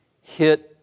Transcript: hit